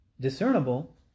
discernible